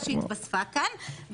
הפיסקה שהתווספה כאן,